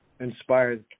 inspired